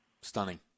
Stunning